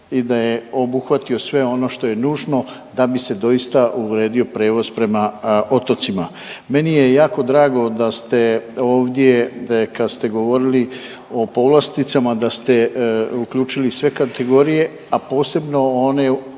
i da je obuhvatio sve ono što je nužno da bi se doista uredio prijevoz prema otocima. Meni je jako drago da ste ovdje kad ste govorili o povlasticama da ste uključili sve kategorije, a posebno one koji